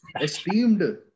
Esteemed